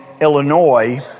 Illinois